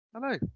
Hello